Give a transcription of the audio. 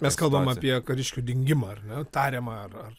mes kalbam apie kariškių dingimą ar ne tariamą ar ar